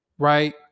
Right